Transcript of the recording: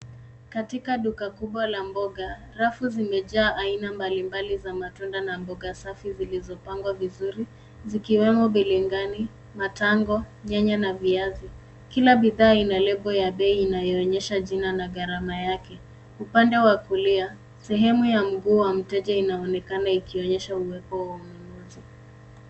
Ktika duka kubwa la mboga rafu zimejaa aina mbalimbali za matunda na mboga safi zilizopangwa vizuri zikiwemo bilingani, matango, nyanya na viazi kila bidhaa ina label ya bei ianyoonyesha jina na garama yake upande wa kulia sehemu ya mguu wa mteja inaonekana ikionyesha uwepo wa wanunuzi.